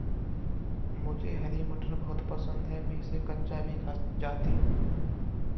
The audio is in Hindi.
मुझे हरी मटर बहुत पसंद है मैं इसे कच्चा भी खा जाती हूं